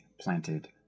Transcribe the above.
planted